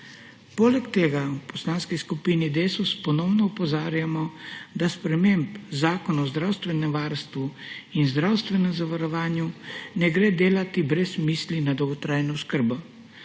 Poleg tega v Poslanski skupini Desus ponovno opozarjamo, da sprememb Zakona o zdravstvenem varstvu in zdravstvenem zavarovanju ne gre delati brez misli na dolgotrajno oskrbo.